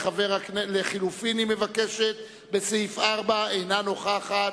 לחלופין היא מבקשת בסעיף 4, אינה נוכחת.